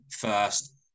first